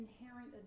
inherent